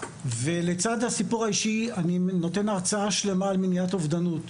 לצעד הסיפור האישי אני נותן הרצאה שלמה על מניעת אובדנות,